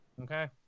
Okay